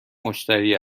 مشتری